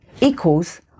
equals